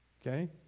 Okay